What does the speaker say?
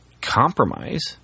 compromise